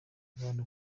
abantu